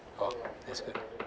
oh thats' good